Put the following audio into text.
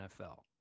NFL